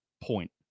point